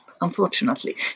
unfortunately